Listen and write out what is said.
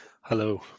Hello